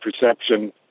perception